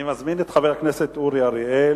אני מזמין את חבר הכנסת אורי אריאל.